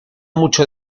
mucho